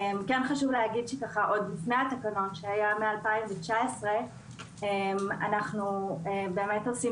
חשוב להגיד שעוד לפני התקנות ב-2019 אנחנו עושים